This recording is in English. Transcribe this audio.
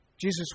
Jesus